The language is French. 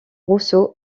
rousseau